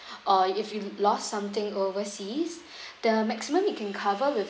or if you lost something overseas the maximum we can cover with